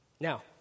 Now